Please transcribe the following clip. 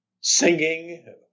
singing